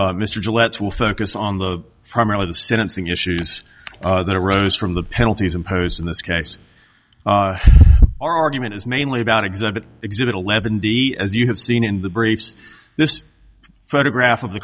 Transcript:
trial mr gillette's will focus on the primarily the sentencing issues that arose from the penalties imposed in this case our argument is mainly about exhibit exhibit eleven d as you have seen in the brace this photograph of the